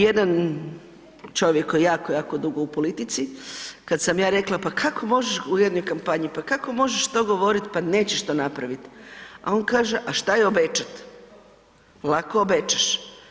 Jedan čovjek koji je jako, jako dugo u politici, kad sam ja rekla pa kako možeš, u jednoj kampanji, pa kako možeš to govoriti pa nećeš to napraviti, a on kaže, a šta je obećat, lako obećaš.